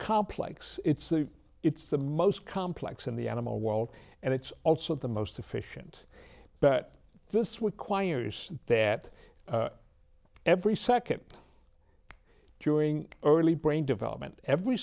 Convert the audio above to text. complex it's the it's the most complex in the animal world and it's also the most efficient but this would choir's that every second during early brain development every